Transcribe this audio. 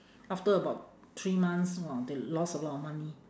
after about three months !wah! they lost a lot of money